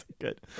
good